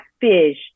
fish